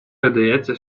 видається